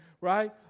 right